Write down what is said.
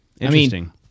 Interesting